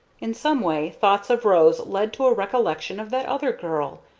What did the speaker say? in some way thoughts of rose led to a recollection of that other girl,